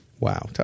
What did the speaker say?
Wow